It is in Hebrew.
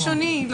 מאוד ראשוני.